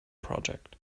project